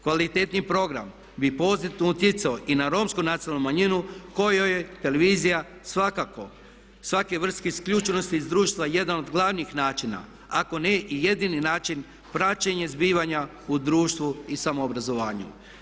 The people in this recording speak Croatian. Kvalitetniji program bi pozitivno utjecao i na romsku nacionalnu manjinu kojoj je televizija svakako, svaka vrsta isključenost iz društva jedan od glavnih načina ako ne i jedini način praćenje zbivanja u društvu i samoobrazovanju.